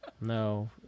no